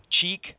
Cheek